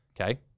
okay